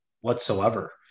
whatsoever